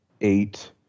eight